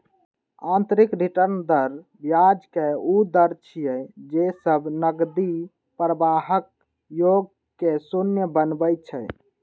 आंतरिक रिटर्न दर ब्याजक ऊ दर छियै, जे सब नकदी प्रवाहक योग कें शून्य बनबै छै